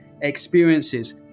experiences